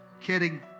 Kidding